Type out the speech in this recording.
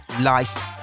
life